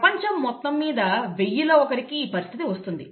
ప్రపంచం మొత్తం మీద వెయ్యిలో ఒకరికి ఈ పరిస్థితి వస్తుంది